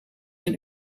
een